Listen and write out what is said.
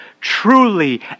truly